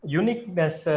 uniqueness